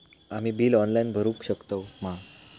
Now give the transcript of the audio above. आम्ही bill online भरुक शकतू मा?